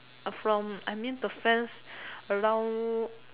from I mean the friends around